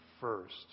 first